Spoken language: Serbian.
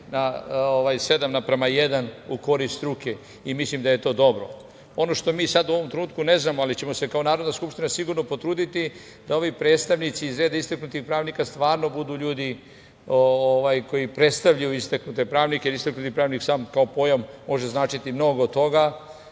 naspram jedan u korist struke, i mislim da je to dobro. Ono što mi sada u ovom trenutku ne znamo, ali ćemo se kao Narodna skupština sigurno potruditi da ovi predstavnici iz reda istaknutih pravnika stvarno budu ljudi koji predstavljaju istaknute pravnike. Istaknuti pravnik sam kao pojam može značiti mnogo toga.